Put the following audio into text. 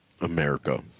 America